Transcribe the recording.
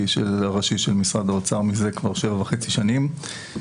הראשי של משרד האוצר מזה שבע וחצי שנים.